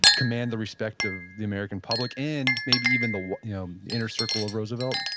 command the respect of the american public, and maybe even the inner circle of roosevelt?